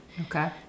Okay